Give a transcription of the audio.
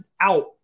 out